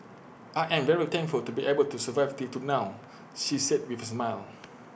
I am very thankful to be able to survive till to now she said with A smile